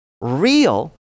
real